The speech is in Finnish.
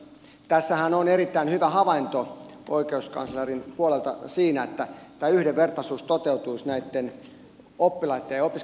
tässähän on erittäin hyvä havainto oikeuskanslerin puolelta siinä että tämä yhdenvertaisuus toteutuisi näitten oppilaitten ja opiskelijoitten kouluterveydenhuollon osalta